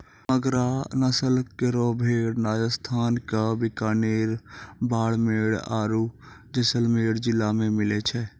मगरा नस्ल केरो भेड़ राजस्थान क बीकानेर, बाड़मेर आरु जैसलमेर जिला मे मिलै छै